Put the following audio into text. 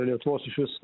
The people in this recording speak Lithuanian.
lietuvos išvis